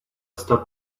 stop